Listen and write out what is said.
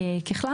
ככלל,